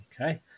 Okay